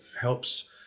helps